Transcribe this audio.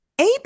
AP